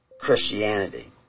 Christianity